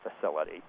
facility